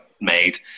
made